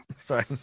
sorry